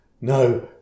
no